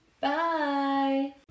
Bye